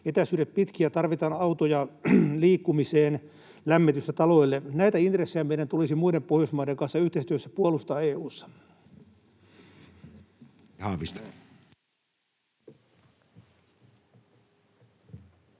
etäisyydet pitkiä ja joissa tarvitaan autoja liikkumiseen ja lämmitystä taloille. Näitä intressejä meidän tulisi muiden Pohjoismaiden kanssa yhteistyössä puolustaa EU:ssa.